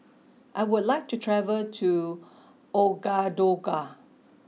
I would like to travel to Ouagadougou